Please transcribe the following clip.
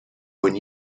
when